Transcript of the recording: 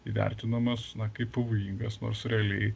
įvertinamas na kaip pavojingas nors realiai